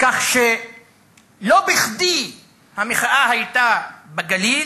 כך שלא בכדי המחאה היתה בגליל,